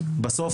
בסוף,